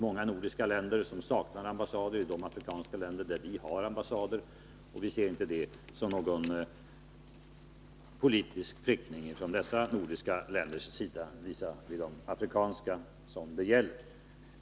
Flera nordiska länder saknar ambassad i afrikanska länder där vi har ambassad, och vi ser inte det som någon politisk prickning från dessa nordiska länders sida visavi de afrikanska länder som det gäller.